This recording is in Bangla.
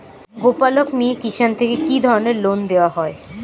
গোপালক মিয়ে কিষান থেকে কি ধরনের লোন দেওয়া হয়?